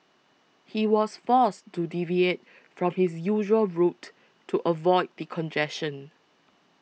he was forced to deviate from his usual route to avoid the congestion